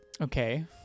Okay